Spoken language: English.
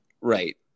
right